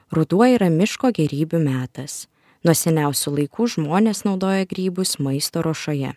ruduo yra miško gėrybių metas nuo seniausių laikų žmonės naudoja grybus maisto ruošoje